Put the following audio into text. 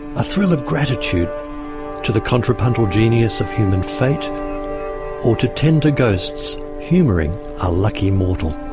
a thrill of gratitude to the contrapuntal genius of human fate or to tender ghosts humouring a lucky mortal.